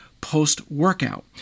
post-workout